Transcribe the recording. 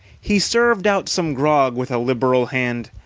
he served out some grog with a liberal hand,